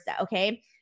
okay